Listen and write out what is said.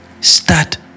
start